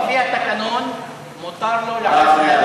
לפי התקנון מותר לו לעלות,